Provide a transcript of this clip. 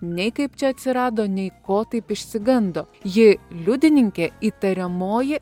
nei kaip čia atsirado nei ko taip išsigando ji liudininkė įtariamoji